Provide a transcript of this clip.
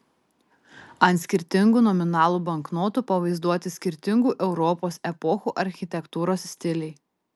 ant skirtingų nominalų banknotų pavaizduoti skirtingų europos epochų architektūros stiliai